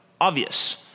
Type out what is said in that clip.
obvious